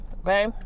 okay